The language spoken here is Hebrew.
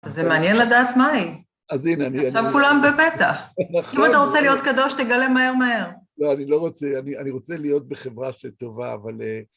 זה מעניין לדעת מה היא. אז הנה, אני... עכשיו כולם במתח. נכון. אם אתה רוצה להיות קדוש, תגלה מהר, מהר. לא, אני לא רוצה, אני רוצה להיות בחברה שטובה, אבל...